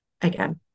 again